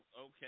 Okay